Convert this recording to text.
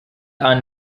are